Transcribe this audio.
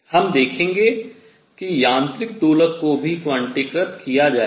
हम देखेंगे कि यांत्रिक दोलक को भी क्वांटीकृत किया जाएगा